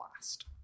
last